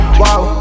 wow